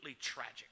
tragic